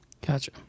gotcha